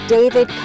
David